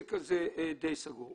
הנהלת שדה התעופה, תמונת מצב קצרה.